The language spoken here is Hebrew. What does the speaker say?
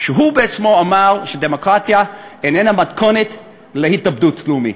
שהוא עצמו אמר שדמוקרטיה איננה מתכונת להתאבדות לאומית.